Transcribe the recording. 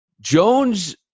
Jones